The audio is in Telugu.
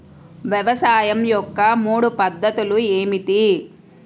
వ్యవసాయం యొక్క మూడు పద్ధతులు ఏమిటి?